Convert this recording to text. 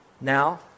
Now